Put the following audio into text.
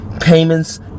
payments